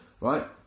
right